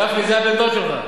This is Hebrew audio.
גפני, זה הבן-דוד שלך.